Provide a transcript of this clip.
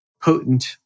potent